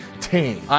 team